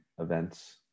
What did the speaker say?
events